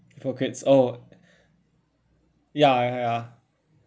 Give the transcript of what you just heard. hypocrites oh ya ya ya